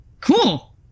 cool